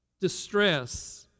Distress